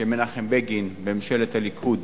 כשמנחם בגין וממשלת הליכוד